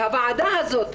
הוועדה הזאת,